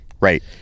right